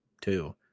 two